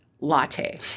latte